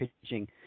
pitching